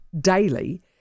daily